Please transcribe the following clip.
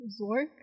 Zork